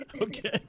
Okay